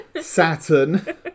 Saturn